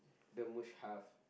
the must have